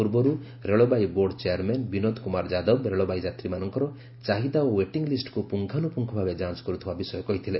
ପୂର୍ବରୁ ରେଳବାଇ board chairman Binod Kumar Yadav ରେଳବାଇ ଯାତ୍ରୀମାନଙ୍କର ଚାହିଦା ଓ ୱେଟିଂ ଲିଷ୍କୁ ପୁଙ୍ଖାନୁପୁଙ୍ଗ ଭାବେ ଯାଞ୍ଚ କରୁଥିବା ବିଷୟ କହିଥିଲେ